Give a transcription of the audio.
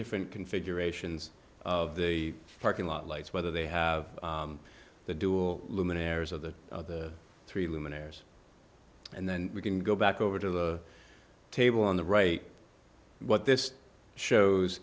different configurations of the parking lot lights whether they have the dual luminaires of the three luminaires and then we can go back over to the table on the right what this shows